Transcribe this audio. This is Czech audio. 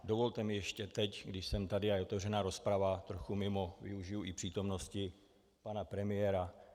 Dovolte mi ještě teď, když jsem tady a je otevřená rozprava, trochu mimo využiji i přítomnosti pana premiéra.